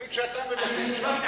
מספיק שאתה מבקר שם.